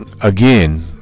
again